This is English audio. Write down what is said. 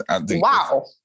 Wow